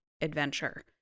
adventure